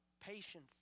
patience